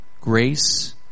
grace